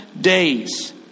days